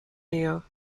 mayor